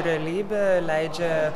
realybė leidžia